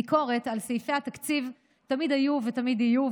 ביקורות על סעיפי התקציב תמיד היו ותמיד יהיו,